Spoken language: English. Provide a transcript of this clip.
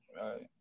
Right